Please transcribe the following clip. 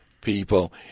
people